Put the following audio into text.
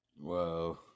Whoa